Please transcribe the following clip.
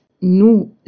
nous